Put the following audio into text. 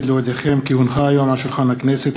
להודיעכם כי הונחה היום על שולחן הכנסת,